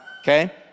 Okay